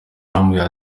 arambwira